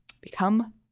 Become